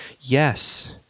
Yes